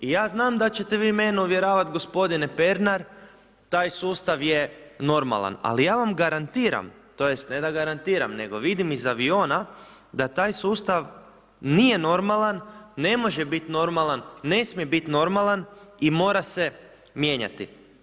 I ja znam da ćete vi mene uvjeravati gospodine Pernar, taj sustav je normalan, ali ja vam garantiram, tj. ne da garantiram nego vidim iz aviona, da taj sustav nije normalan, ne može biti normalan, ne smije biti normalan i mora se mijenjati.